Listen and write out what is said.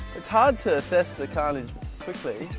it's hard to assess the carnage quickly,